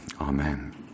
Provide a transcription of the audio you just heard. Amen